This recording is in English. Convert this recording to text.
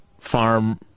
Farm